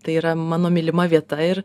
tai yra mano mylima vieta ir